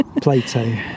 Plato